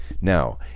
Now